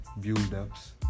build-ups